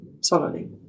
solidly